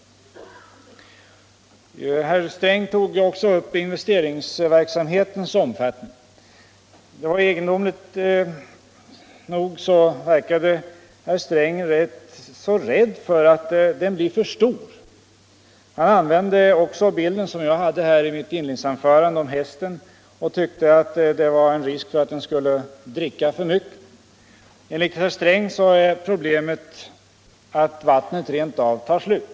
Herr Sträng tog också upp investeringsverksamhetens omfattning. Egendomligt nog verkade herr Sträng rädd för att den skall bli för stor. Han använde den bild om hästen som jag använde i mitt inledningsanförande. Han tyckte att det var risk för att den skulle dricka för mycket. Enligt herr Sträng är problemet att vattnet rent av tar slut.